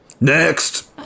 Next